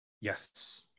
Yes